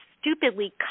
stupidly